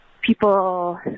people